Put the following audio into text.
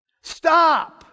Stop